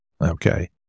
Okay